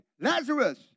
Lazarus